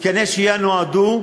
מתקני שהייה נועדו,